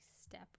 step